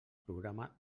programa